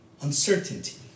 uncertainty